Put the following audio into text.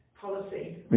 policy